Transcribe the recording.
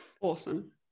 Awesome